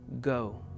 go